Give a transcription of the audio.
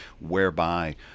whereby